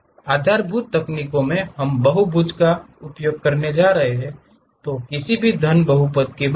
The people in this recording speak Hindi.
आधारभूत तकनीक में हम बहुभुज का उपयोग करने जा रहे हैं किसी भी घन बहुपद के बजाय